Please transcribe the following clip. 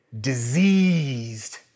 diseased